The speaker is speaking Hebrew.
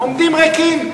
עומדים ריקים.